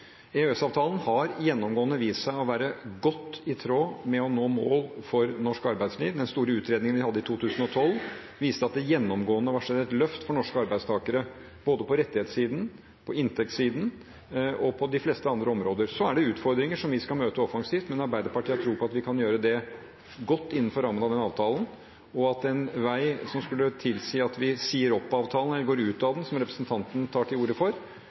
EØS-avtalen har gjennomgående vist seg å være godt i tråd med å nå mål for norsk arbeidsliv. Den store utredningen vi hadde i 2012, viste at det gjennomgående var skjedd et løft for norske arbeidstakere, både på rettighetssiden, på inntektssiden og på de fleste andre områder. Så er det utfordringer som vi skal møte offensivt, men Arbeiderpartiet har tro på at vi kan gjøre det godt innenfor rammen av denne avtalen. En vei som skulle tilsi at vi sier opp avtalen eller går ut av den – som representanten tar til orde for